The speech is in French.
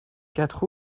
quatre